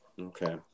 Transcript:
Okay